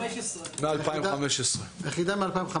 היחידה מ-2015.